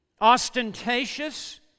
ostentatious